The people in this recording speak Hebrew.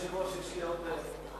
שהן כחומר גלם ביד היוצר, לצערנו.